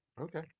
Okay